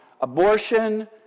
abortion